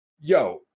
yo